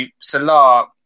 Salah